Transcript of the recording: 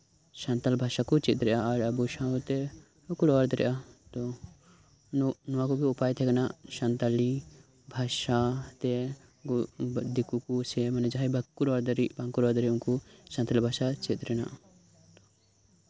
ᱥᱟᱱᱛᱟᱲ ᱵᱷᱟᱥᱟ ᱠᱚ ᱪᱮᱫ ᱫᱟᱲᱮᱭᱟᱜᱼᱟ ᱟᱨ ᱟᱵᱚ ᱥᱟᱶ ᱛᱮᱠᱚ ᱨᱚᱲ ᱫᱟᱲᱮᱭᱟᱜᱼᱟ ᱛᱚ ᱱᱚᱶᱟ ᱠᱚᱜᱮ ᱩᱯᱟᱭ ᱛᱟᱦᱮᱸ ᱠᱟᱱᱟ ᱥᱟᱱᱛᱟᱲᱤ ᱵᱷᱟᱥᱟᱛᱮ ᱫᱤᱠᱳ ᱠᱚ ᱢᱟᱱᱮ ᱡᱟᱦᱟᱸᱭ ᱵᱟᱠᱚ ᱨᱚᱲ ᱫᱟᱲᱮᱭᱼᱟ ᱩᱱᱠᱩ ᱥᱟᱱᱛᱟᱲᱤ ᱵᱷᱟᱥᱟ ᱪᱮᱫ ᱨᱮᱱᱟᱜ